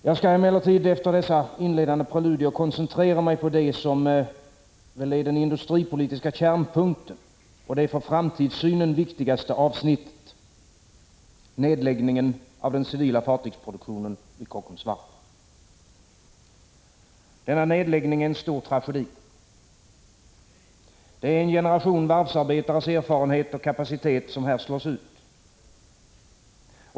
Jag skall efter dessa inledande preludier koncentrera mig på den industripolitiska kärnpunkten och det för framtidssynen viktigaste avsnittet; nedläggningen av den civila fartygsproduktionen vid Kockums Varv. Denna nedläggning är en stor tragedi. Det är en generation varvsarbetares erfarenhet och kapacitet som här slås ut.